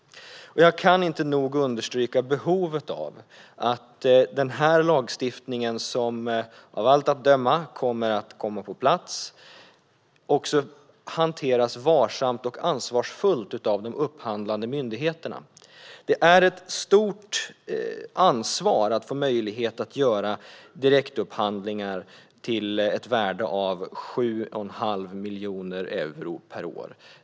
Jag kan inte nog understryka behovet av att den här lagstiftningen, som av allt att döma kommer att komma på plats, också hanteras varsamt och ansvarsfullt av de upphandlande myndigheterna. Det är ett stort ansvar att få göra direktupphandlingar till ett värde av 7 1⁄2 miljon euro per år.